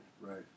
right